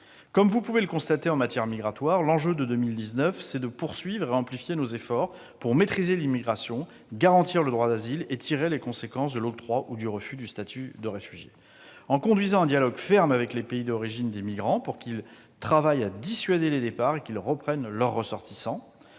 Comme vous pouvez le constater, en matière migratoire, l'enjeu pour l'année 2019, c'est de poursuivre et d'amplifier nos efforts pour maîtriser l'immigration, garantir le droit d'asile et tirer les conséquences de l'octroi ou du refus du statut de réfugié. Nous le ferons en conduisant un dialogue ferme avec les pays d'origine des migrants pour qu'ils travaillent à dissuader les départs et qu'ils reprennent leurs ressortissants,